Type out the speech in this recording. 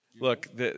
Look